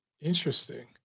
Interesting